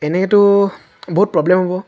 এনেইতো বহুত প্ৰব্লেম হ'ব